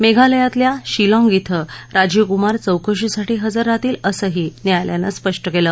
मेघालयातल्या शिलाँग इथं राजीव कुमार चौकशीसाठी हजर राहतील असंही न्यायालयानं स्पष्ट केलं